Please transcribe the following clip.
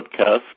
podcast